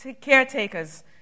caretakers